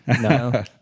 No